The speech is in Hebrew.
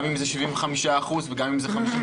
גם אם זה 75% וגם אם זה 50%,